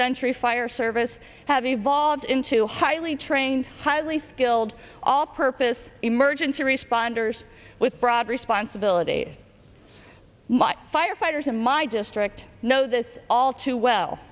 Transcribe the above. century fire service have evolved into highly trained highly skilled all purpose emergency responders with broad responsibility but firefighters in my district know this all too well